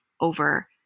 over